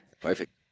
Perfect